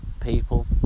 people